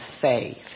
faith